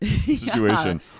situation